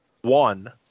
one